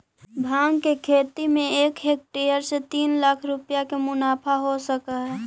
भाँग के खेती में एक हेक्टेयर से तीन लाख रुपया के मुनाफा हो सकऽ हइ